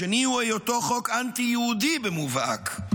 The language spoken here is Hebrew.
השני הוא היותו חוק אנטי-יהודי במובהק,